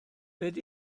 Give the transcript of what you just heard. beth